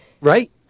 Right